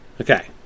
Okay